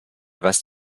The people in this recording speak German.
was